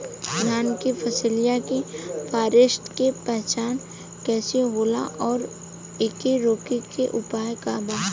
धान के फसल के फारेस्ट के पहचान कइसे होला और एके रोके के उपाय का बा?